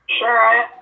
Sure